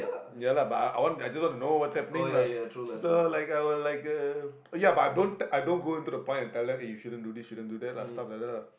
ya lah but I I want I just want to know what's happening lah so like I will like uh ya but I don't I don't go in to the point and tell them eh you shouldn't do this shouldn't do that lah stuff like that lah